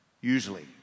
usually